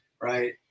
right